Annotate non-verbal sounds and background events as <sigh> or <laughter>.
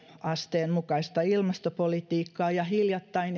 asteen mukaista ilmastopolitiikkaa ja hiljattain <unintelligible>